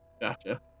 gotcha